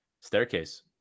Staircase